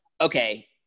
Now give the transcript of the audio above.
okay